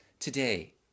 today